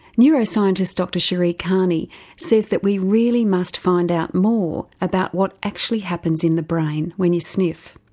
neuroscientist dr sheree cairney says that we really must find out more about what actually happens in the brain when you sniff.